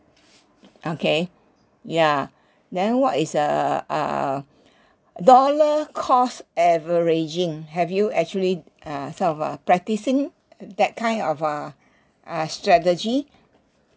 okay ya then what is the uh dollar cost averaging have you actually uh sort of uh practising that kind of uh uh strategy